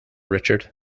richard